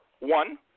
one